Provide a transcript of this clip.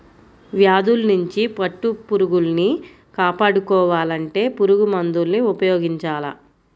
వ్యాధుల్నించి పట్టుపురుగుల్ని కాపాడుకోవాలంటే పురుగుమందుల్ని ఉపయోగించాల